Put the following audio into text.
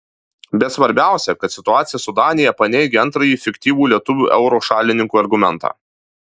bet svarbiausia kad situacija su danija paneigia antrąjį fiktyvų lietuvių euro šalininkų argumentą